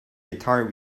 guitar